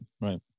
right